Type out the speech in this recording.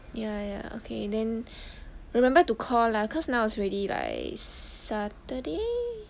ya ya okay then remember to call lah cause now is ready like saturday